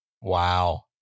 Wow